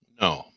No